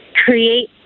create